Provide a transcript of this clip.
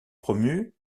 promu